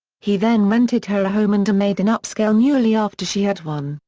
he then rented her a home and a maid in upscale neuilly after she had won,